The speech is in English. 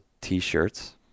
t-shirts